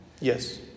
Yes